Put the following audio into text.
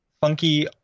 funky